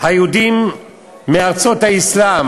היהודים מארצות האסלאם,